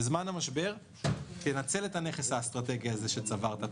בזמן המשבר, תנצל את הנכס האסטרטגי הזה שצברת.